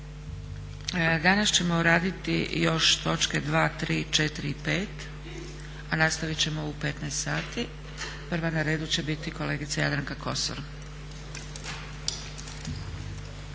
Danas ćemo raditi još točke 2, 3, 4 i 5 a nastavit ćemo u 15,00 sati. Prva na redu će biti Jadranka Kosor.